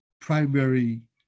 primary